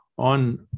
on